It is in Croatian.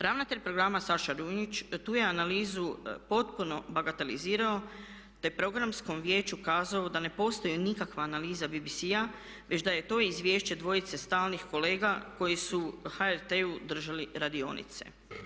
Ravnatelj programa Saša Runjić tu je analizu potpuno bagatelizirao, te Programskom vijeću kazao da ne postoji nikakva analiza BBC-a već da je to izvješće dvojice stalnih kolega koji su HRT-u držali radionice.